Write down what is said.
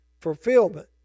fulfillment